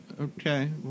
Okay